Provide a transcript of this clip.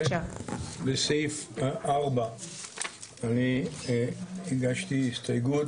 כן, בסעיף 4 אני הגשתי הסתייגות